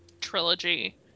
trilogy